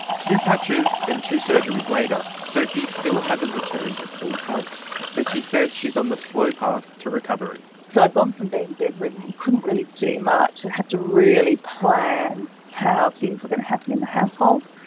two patches and two surgeries later, sophie still hasn't returned to full health, but she says she is on the slow path to recovery. so i've gone from being bedridden, couldn't really do much, i'd have to really plan how things were going to happen in the household.